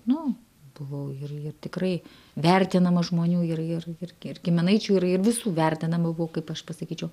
nu buvau ir tikrai vertinama žmonių ir ir ir giminaičių ir ir visų vertinama buvau kaip aš pasakyčiau